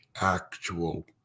actual